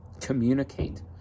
communicate